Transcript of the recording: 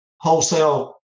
wholesale